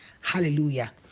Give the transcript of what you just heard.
hallelujah